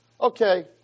Okay